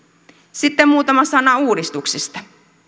sitten muutama sana uudistuksista